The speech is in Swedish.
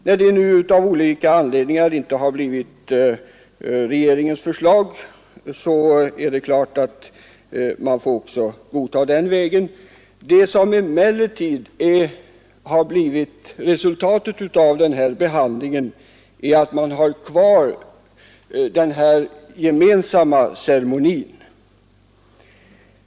När detta nu av olika anledningar inte blivit regeringens förslag, får man också godta den väg som föreslås i propositionen. Vad som emellertid blivit resultatet av denna behandling — och det är väsentligt — är att man har kvar den gemensamma ceremonin.